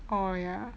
orh ya